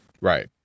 Right